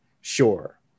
sure